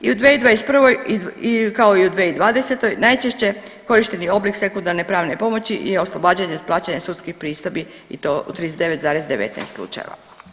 I u 2021. kao i u 2020. najčešće korišteni oblik sekundarne pravne pomoći je oslobađanje od plaćanja sudskih pristojbi i to u 39,19 slučajeva.